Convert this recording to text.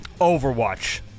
Overwatch